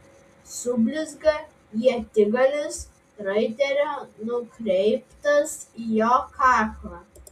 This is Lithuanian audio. sublizga ietigalis raitelio nukreiptas į jo kaklą